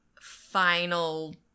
final